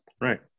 right